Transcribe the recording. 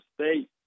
State